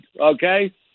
okay